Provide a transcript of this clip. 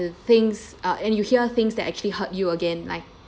and things uh and you hear things that actually hurt you again like